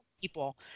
People